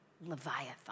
Leviathan